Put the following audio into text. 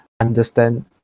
understand